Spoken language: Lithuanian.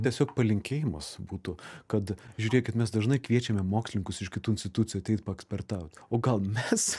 tiesiog palinkėjimas būtų kad žiūrėkit mes dažnai kviečiame mokslininkus iš kitų institucijų ateit paekspertaut o gal mes